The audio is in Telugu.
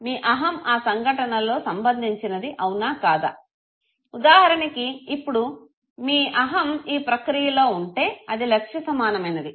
మీ అహం ఆ సంఘటనలో సంబంధించినది అవునా కాదా ఉదాహరణకి ఇప్పుడు మీ అహం ఈ ప్రక్రియలో ఉంటే అది లక్ష్య సమానమైనది